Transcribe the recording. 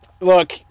Look